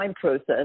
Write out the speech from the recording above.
process